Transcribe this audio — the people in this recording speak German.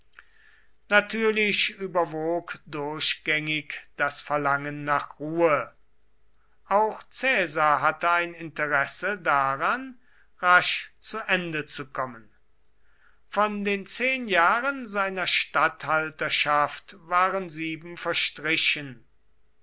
natürlich überwog durchgängig das verlangen nach ruhe auch caesar hatte ein interesse daran rasch zu ende zu kommen von den zehn jahren seiner statthalterschaft waren sieben verstrichen